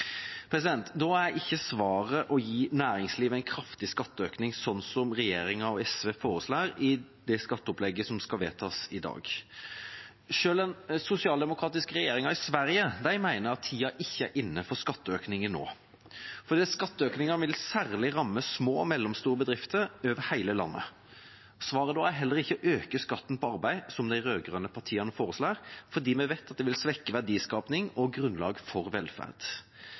Da er ikke svaret å gi næringslivet en kraftig skatteøkning, slik regjeringa og SV foreslår i det skatteopplegget som skal vedtas i dag. Selv den sosialdemokratiske regjeringa i Sverige mener at tida ikke er inne for skatteøkninger, for skatteøkningene vil særlig ramme små og mellomstore bedrifter over hele landet. Svaret er heller ikke å øke skatten på arbeid, som de rød-grønne partiene foreslår, for vi vet at det vil svekke verdiskapingen og grunnlaget for velferd.